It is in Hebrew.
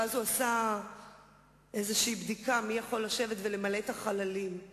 וכשהוא מתפתל הוא עושה כל מיני פעולות לא כל כך,